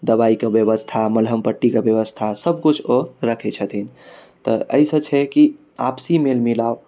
दवाइके व्यवस्था मलहम पट्टीके व्यवस्था सब किछु ओ राखै छथिन तऽ एहिसँ छै कि आपसी मेल मिलाप